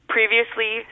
Previously